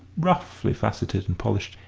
roughly facetted and polished,